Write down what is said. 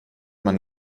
man